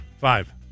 Five